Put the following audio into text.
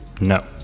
No